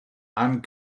and